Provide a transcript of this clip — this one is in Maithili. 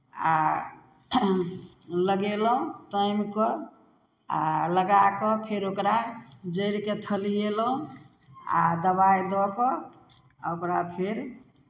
आ लगयलहुँ टाइमपर आ लगा कऽ फेर ओकरा जड़िकेँ थलिएलहुँ आ दबाइ दऽ कऽ आ ओकरा फेर